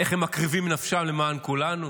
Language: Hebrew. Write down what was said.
איך הם מקריבים את נפשם למען כולנו.